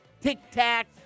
tic-tac